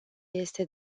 este